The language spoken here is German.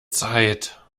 zeit